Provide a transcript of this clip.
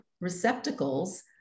receptacles